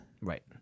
Right